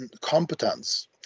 competence